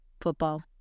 football